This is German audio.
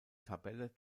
tabelle